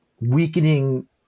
weakening